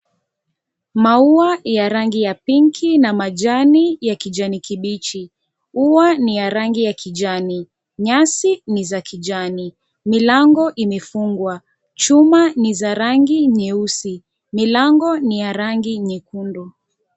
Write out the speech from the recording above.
Maua ya rangi ya pinki na majani ya kijani kibichi ua ni ya rangi ya kijani nyasi ni za kijani milango imefungwa chuma ni za rangi nyeusi, milango ni ya rangi nyekundu.